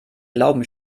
glauben